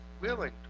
willing